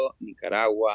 nicaragua